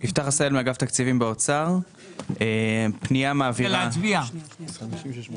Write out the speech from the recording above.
מדובר על העברה של 18,232,000 ש"ח בסעיף 42,